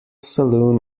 saloon